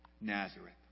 Nazareth